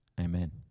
Amen